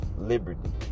liberty